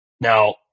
Now